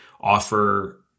offer